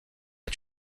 est